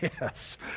Yes